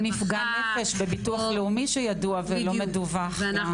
נפגע נפש בביטוח לאומי שידוע ולא מדווח.